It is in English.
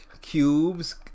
cubes